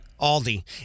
aldi